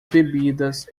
bebidas